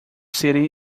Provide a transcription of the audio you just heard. city